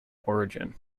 origin